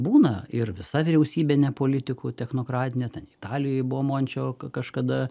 būna ir visa vyriausybė ne politikų technokratinė ten italijoj buvo mončio kažkada